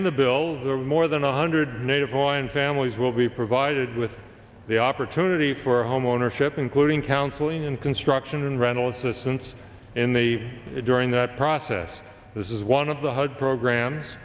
in the bill there were more than one hundred native hawaiian families will be provided with the opportunity for homeownership including counseling and construction and rental assistance in the during that process this is one of the hud programs